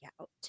out